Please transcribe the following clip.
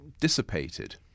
dissipated